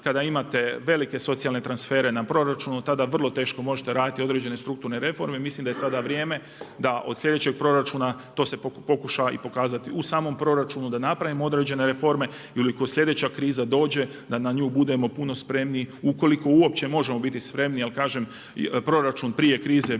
kada imate velike socijalne transfere na proračunu tada vrlo teško možete raditi određene strukturne reforme. Mislim da je sada vrijeme da od sljedećeg proračuna to se pokuša i pokazati u samom proračunu da napravimo određene reforme ili ako sljedeća kriza dođe da na nju budemo puno spremniji ukoliko uopće možemo biti spremni jer kažem proračun prije krize je